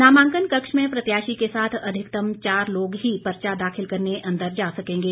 नामांकन कक्ष में प्रत्याशी के साथ अधिकतम चार लोग ही पर्चा दाखिल करने अंदर जा सकेंगे